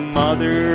mother